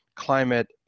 climate